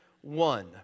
one